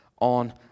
on